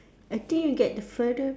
I think you get the further